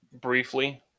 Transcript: briefly